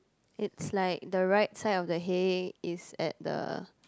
it's like the right side of the hay is at the